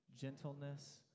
gentleness